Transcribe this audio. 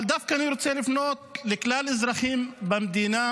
אבל אני רוצה דווקא לפנות לכלל האזרחים במדינה,